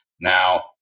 Now